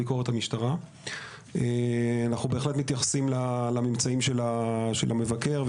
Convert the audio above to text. אנחנו בהחלט מתייחסים לממצאים של המבקר.